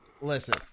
Listen